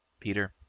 peter.